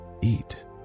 eat